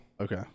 Okay